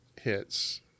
hits